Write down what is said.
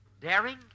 Daring